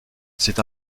c’est